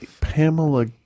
Pamela